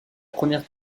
première